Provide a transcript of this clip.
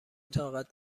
طاقت